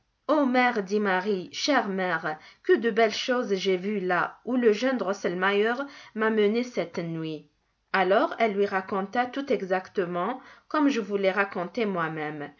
mère dit marie chère mère que de belles choses j'ai vues là où le jeune drosselmeier m'a menée cette nuit alors elle lui raconta tout exactement comme je vous l'ai raconté moi-même